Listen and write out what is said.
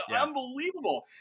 unbelievable